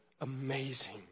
amazing